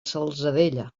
salzadella